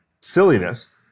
silliness